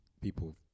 people